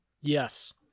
Yes